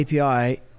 API